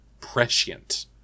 Prescient